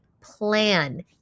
plan